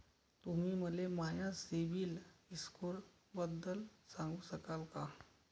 तुम्ही मले माया सीबील स्कोअरबद्दल सांगू शकाल का?